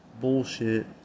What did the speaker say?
bullshit